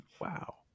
wow